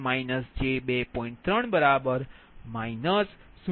3 0